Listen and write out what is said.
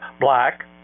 black